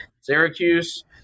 Syracuse